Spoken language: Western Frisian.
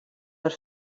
der